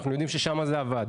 ואנחנו יודעים ששם זה עבד,